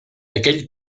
aquell